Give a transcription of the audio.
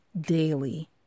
daily